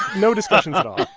no discussions at all